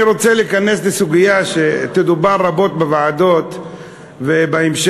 אני רוצה להיכנס לסוגיה שתדובר רבות בוועדות ובהמשך,